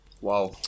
Wow